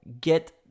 get